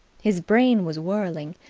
his brain was whirling.